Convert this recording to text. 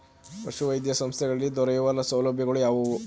ಪಶುವೈದ್ಯ ಸಂಸ್ಥೆಗಳಲ್ಲಿ ದೊರೆಯುವ ಸೌಲಭ್ಯಗಳು ಯಾವುವು?